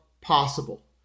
possible